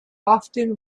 often